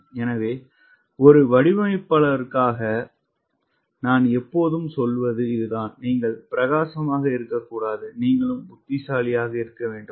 எனவே ஒரு வடிவமைப்பாளருக்காக நான் எப்போதும் சொல்வது இதுதான் நீங்கள் பிரகாசமாக இருக்கக்கூடாது நீங்களும் புத்திசாலியாக இருக்க வேண்டும்